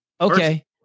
okay